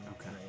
okay